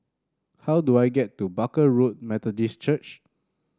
how do I get to Barker Road Methodist Church